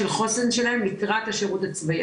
של חוסן שלהם לקראת השירות הצבאי.